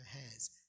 hands